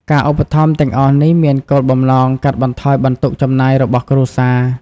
ការឧបត្ថម្ភទាំងអស់នេះមានគោលបំណងកាត់បន្ថយបន្ទុកចំណាយរបស់គ្រួសារ។